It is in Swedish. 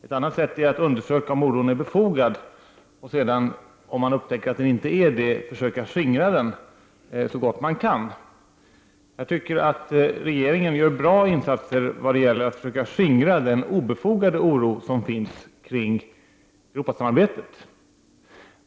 Ett annat sätt är att undersöka om oron är befogad, och om man upptäcker att den inte är det försöker man skingra den så gott man kan. Jag tycker att regeringen gör bra insatser vad gäller att försöka skingra den obefogade oro som finns kring Europasamarbetet.